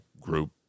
group